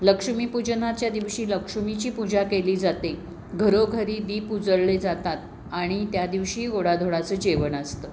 लक्ष्मी पूजनाच्या दिवशी लक्ष्मीची पूजा केली जाते घरोघरी दीप उजळले जातात आणि त्या दिवशी गोढाधोडाचं जेवण असतं